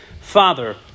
Father